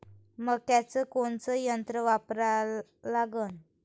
मक्याचं कोनचं यंत्र वापरा लागन?